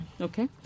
Okay